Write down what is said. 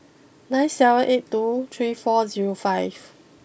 nine seven eight two three four zero five